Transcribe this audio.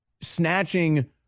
snatching